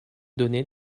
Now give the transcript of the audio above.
donné